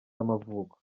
y’amavuko